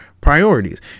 priorities